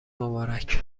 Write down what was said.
مبارک